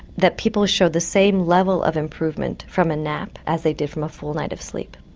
that people show the same level of improvement from a nap as they did from a full night of sleep.